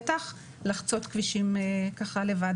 בטח לחצות כבישים לבד.